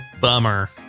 Bummer